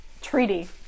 Treaty